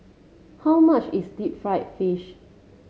how much is Deep Fried Fish